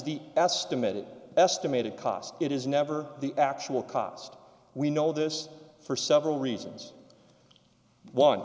the estimate estimated cost it is never the actual cost we know this for several reasons one